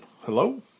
hello